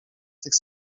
tych